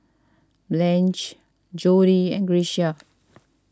Blanche Jody and Grecia